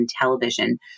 television